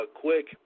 Quick –